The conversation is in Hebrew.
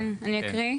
אני אקריא.